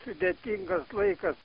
sudėtingas laikas